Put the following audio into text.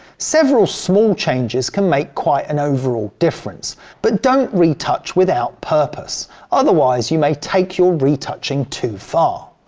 several small changes can make quite an overall difference but don't retouch without purpose otherwise you may take your retouching too far.